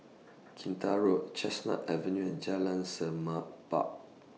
Kinta Road Chestnut Avenue and Jalan Semerbak